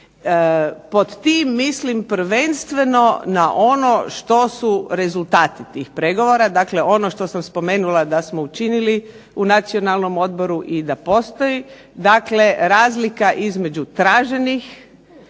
Pod tim mislim prvenstveno na ono što su rezultati tih pregovora, dakle ono što sam spomenula da smo učinili u Nacionalnom odboru i da postoji razlika između traženih